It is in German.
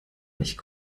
nicht